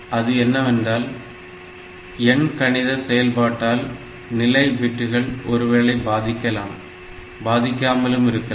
அது என்னவென்றால் எண்கணித செயல்பாட்டால் நிலை பிட்கள் ஒருவேளை பாதிக்கலாம் பாதிக்காமலும் இருக்கலாம்